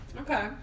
Okay